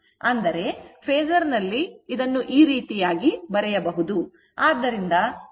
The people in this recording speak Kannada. ಅಂದರೆ ಫೇಸರ್ ನಲ್ಲಿ ಇದನ್ನು ಈ ರೀತಿ ಬರೆಯಬಹುದು